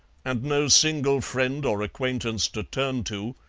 and no single friend or acquaintance to turn to,